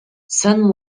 sun